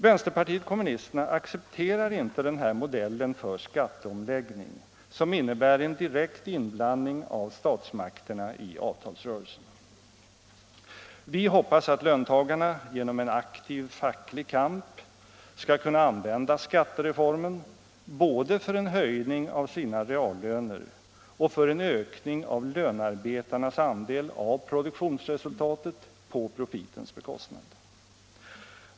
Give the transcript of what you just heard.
Vänsterpartiet kommunisterna accepterar inte den här modellen för skatteomläggning, som innebär en direkt inblandning av statsmakterna i avtalsrörelsen. Vi hoppas att löntagarna genom en aktiv facklig kamp skall kunna använda skattereformen både för en höjning av sina reallöner och för en ökning av lönarbetarnas andel av produktionsresultatet på profitens bekostnad.